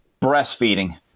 breastfeeding